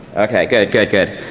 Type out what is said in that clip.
ok good, good, good.